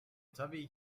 tabii